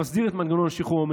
שמסדיר את מנגנון השחרור,